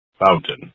Fountain